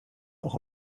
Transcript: auch